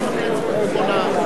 אדוני היושב-ראש,